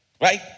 Right